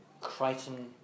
Crichton